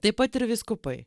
taip pat ir vyskupai